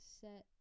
set